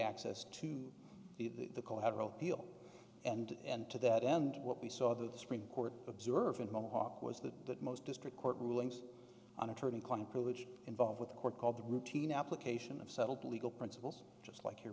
access to the the collateral heal and and to that end what we saw the supreme court observant mohawk was the most district court rulings on attorney client privilege involved with the court called the routine application of settled legal principles just like